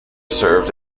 served